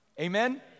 Amen